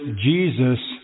Jesus